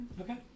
Okay